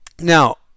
Now